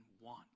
want